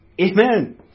Amen